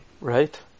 Right